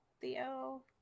Theo